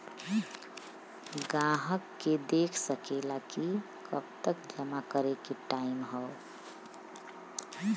ग्राहक देख सकेला कि कब तक जमा करे के टाइम हौ